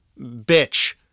bitch